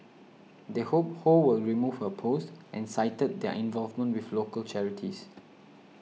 they hope Ho will remove her post and cited their involvement with local charities